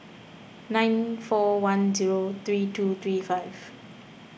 nine four one zero three two three five